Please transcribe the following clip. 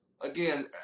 again